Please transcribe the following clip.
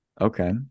Okay